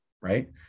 Right